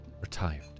retired